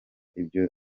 ibyo